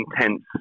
intense